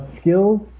Skills